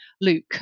Luke